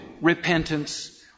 repentance